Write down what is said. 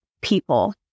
people